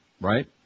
Right